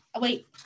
Wait